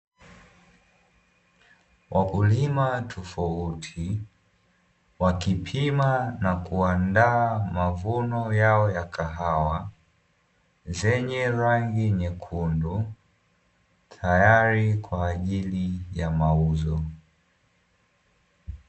Wakulima tofauti wakipima na kuandaa mavuno yao ya kahawa zenye rangi nyekundu tayari kwa ajili ya mauzo.